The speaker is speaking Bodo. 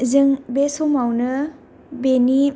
जों बे समावनो बेनि